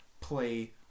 play